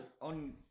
on